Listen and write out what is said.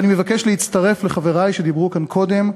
ואני מבקש להצטרף לחברי שדיברו כאן קודם,